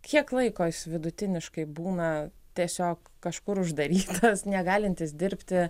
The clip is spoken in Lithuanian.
kiek laiko jis vidutiniškai būna tiesiog kažkur uždarytas negalintys dirbti